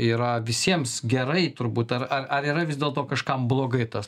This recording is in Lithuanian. yra visiems gerai turbūt ar ar ar yra vis dėlto kažkam blogai tas